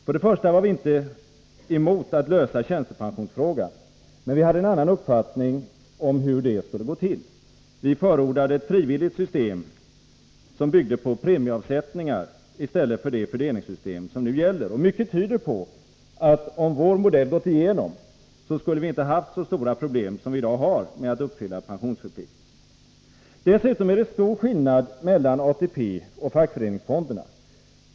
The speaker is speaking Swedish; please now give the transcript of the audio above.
För det första var vi inte emot att lösa tjänstepensionsfrågan, men vi hade en annan uppfattning om hur det skulle gå till. Vi förordade ett frivilligt system som byggde på premieavsättningar i stället för det fördelningssystem som nu gäller. Mycket tyder på att om vår modell gått igenom, skulle det inte ha varit så stora problem som det är i dag att uppfylla pensionsförpliktelserna. För det andra är det stor skillnad mellan ATP och fackföreningsfonderna.